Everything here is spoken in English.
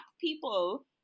people